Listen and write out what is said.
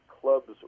club's